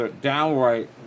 downright